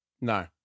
No